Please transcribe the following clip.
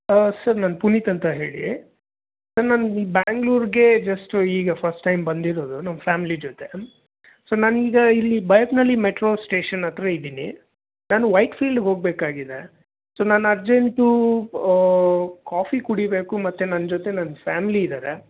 sir ನಾನು ಪುನೀತ್ ಅಂತ ಹೇಳಿ ಸರ್ ನಾನು ಬ್ಯಾಂಗ್ಳೂರ್ಗೆ ಜಸ್ಟು ಈಗ ಫಸ್ಟ್ ಟೈಮ್ ಬಂದಿರೋದು ನಮ್ಮ ಫ್ಯಾಮ್ಲಿ ಜೊತೆ ಸೊ ನಾನೀಗ ಇಲ್ಲಿ ಬೈಯ್ಯಪ್ನಳ್ಳಿ ಮೆಟ್ರೋ ಸ್ಟೇಷನ್ ಹತ್ರ ಇದ್ದೀನಿ ನಾನು ವೈಟ್ಫೀಲ್ಡ್ಗೆ ಹೋಗಬೇಕಾಗಿದೆ ಸೊ ನಾನು ಅರ್ಜೆಂಟೂ ಕಾಫೀ ಕುಡಿಯಬೇಕು ಮತ್ತು ನನ್ನ ಜೊತೆ ನನ್ನ ಫ್ಯಾಮ್ಲಿ ಇದ್ದಾರೆ